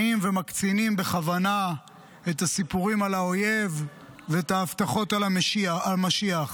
באים ומקצינים בכוונה את הסיפורים על האויב ואת ההבטחות על משיח.